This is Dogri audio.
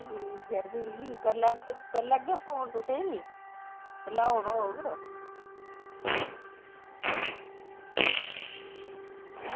ठीक ऐ फ्ही करी लैगे करी लैगे फोन तुसेंगी दिक्खी जेल्लै औना होग